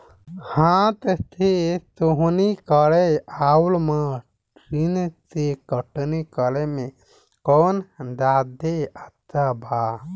हाथ से सोहनी करे आउर मशीन से कटनी करे मे कौन जादे अच्छा बा?